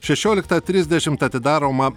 šešioliktą trisdešimt atidaroma